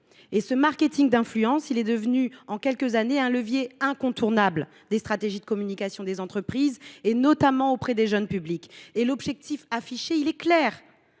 Le marketing d’influence est devenu en quelques années un levier incontournable des stratégies de communication des entreprises, notamment auprès des jeunes publics. L’objectif affiché est clair